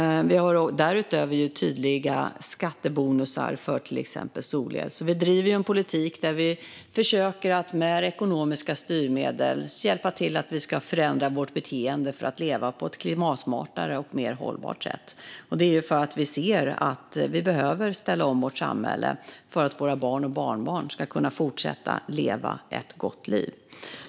Vi har därutöver tydliga skattebonusar för till exempel solel. Vi driver en politik där vi försöker att med ekonomiska styrmedel hjälpa till att förändra vårt beteende för att leva på ett klimatsmartare och mer hållbart sätt. Det är för att vi ser att vi behöver ställa om vårt samhälle för att våra barn och barnbarn ska kunna fortsätta att leva ett gott liv.